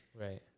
Right